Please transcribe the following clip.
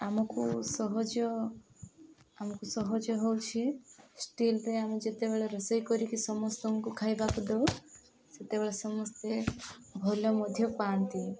ଆମକୁ ସହଜ ଆମକୁ ସହଜ ହେଉଛି ଷ୍ଟିଲ୍ରେ ଆମେ ଯେତେବେଳେ ରୋଷେଇ କରିକି ସମସ୍ତଙ୍କୁ ଖାଇବାକୁ ଦଉ ସେତେବେଳେ ସମସ୍ତେ ଭଲ ମଧ୍ୟ ପାଆନ୍ତି